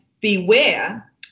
beware